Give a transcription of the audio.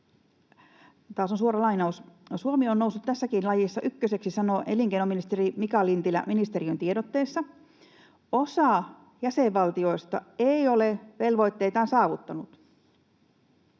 ”Suomi on noussut tässäkin lajissa ykköseksi, sanoo elinkeinoministeri Mika Lintilä ministeriön tiedotteessa. Osa jäsenvaltioista ei ole velvoitteitaan saavuttanut.